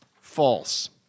false